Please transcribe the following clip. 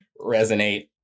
resonate